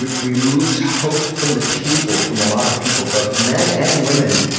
removes hope from the table from a lot of people, both men and women.